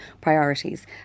priorities